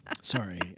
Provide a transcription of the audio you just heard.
Sorry